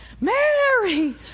Mary